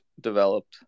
developed